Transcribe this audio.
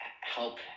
help